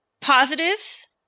Positives